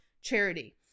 charity